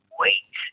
wait